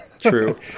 true